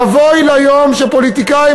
אבוי ליום שבו פוליטיקאים,